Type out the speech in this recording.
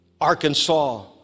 Arkansas